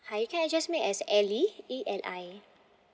hi you can address me as eli E L I